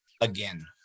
again